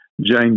Jane